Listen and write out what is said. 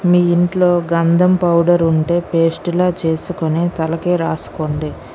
మీ ఇంట్లో గంధం పౌడర్ ఉంటే పేస్టులా చేసుకుని తలకి రాసుకోండి